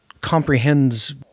comprehends